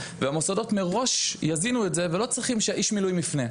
והמוסדות מראש יזינו את זה ולא צריכים שאיש המילואים יפנה.